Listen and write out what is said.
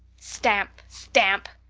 stamp! stamp!